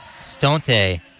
Stonte